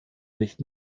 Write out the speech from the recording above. nicht